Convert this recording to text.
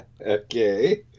Okay